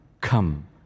come